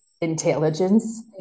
intelligence